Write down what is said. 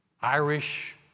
Irish